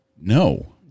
no